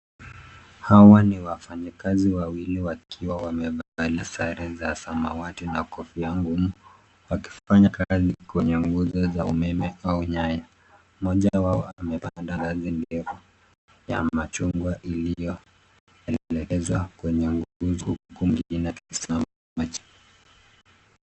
Hawa ni wafanyikazi wawili wakiwa wamevaa na sare za samawati na kofia ngumu wakifanya kazi kwenye nguzo za umeme au nyaya. Mmoja wao amepanda ngazi ndefu ya machungwa iliyoelekezwa kwenye nguzo huku mwingine akisimama chini.